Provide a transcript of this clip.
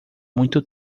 muito